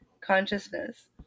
consciousness